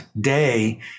day